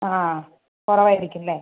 ആ ആ കുറവ് ആയിരിക്കും ഇല്ലെ